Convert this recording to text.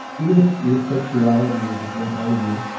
even if your sexuality was just one part of you,